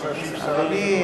שעוד לא עלתה לדיון.